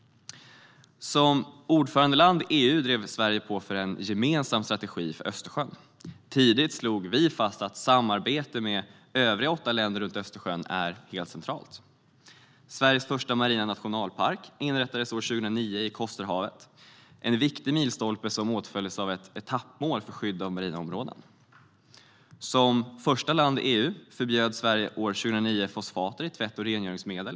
Som ordförandeland i EU drev Sverige på för en gemensam strategi för Östersjön. Tidigt slog vi fast att samarbete med övriga åtta länder runt Östersjön är helt centralt. Sveriges första marina nationalpark inrättades år 2009 i Kosterhavet. Det var en viktig milstolpe som åtföljdes av ett etappmål för skydd av marina områden. Som första land i EU förbjöd Sverige år 2009 fosfater i tvätt och rengöringsmedel.